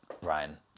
Brian